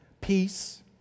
peace